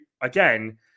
again